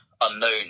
unknown